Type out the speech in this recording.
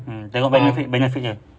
hmm tengok benefit benefit dia